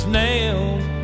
nailed